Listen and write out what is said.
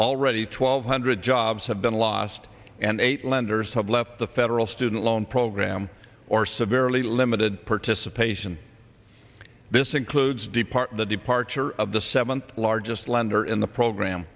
already twelve hundred jobs have been lost and eight lenders have left the federal student loan program or severely limited participation this includes depart the departure of the seventh largest lender in the program